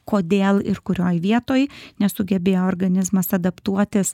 kodėl ir kurioj vietoj nesugebėjo organizmas adaptuotis